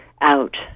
out